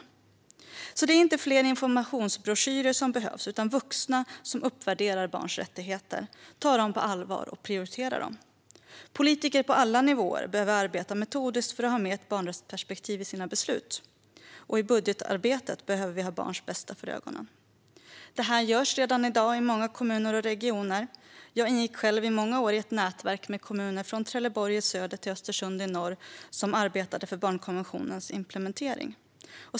Det är alltså inte fler informationsbroschyrer som behövs, utan vuxna som uppvärderar barns rättigheter, tar dem på allvar och prioriterar dem. Politiker på alla nivåer behöver arbeta metodiskt för att ha ett barnrättsperspektiv i sina beslut. Och i budgetarbetet behöver vi ha barns bästa för ögonen. Detta görs redan i dag i många kommuner och regioner. Jag ingick själv i många år i ett nätverk med kommuner från Trelleborg i söder till Östersund i norr, som arbetade för barnkonventionens implementering.